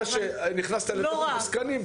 אחרי שנכנסת לתוך הנוסחה,